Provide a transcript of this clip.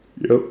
yup